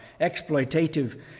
exploitative